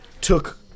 took